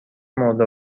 مرده